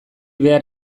behar